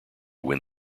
win